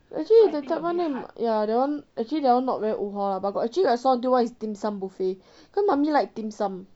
actually I think that one actually that one not very wu hua lah but got actually I saw one is dim sum buffet cause mummy like dim sum